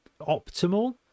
optimal